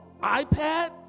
iPad